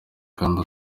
kandi